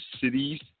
cities